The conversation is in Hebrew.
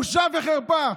בושה וחרפה.